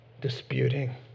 disputing